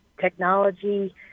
technology